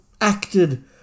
acted